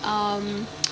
um